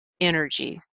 energy